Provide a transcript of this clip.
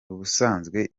ubusanzwe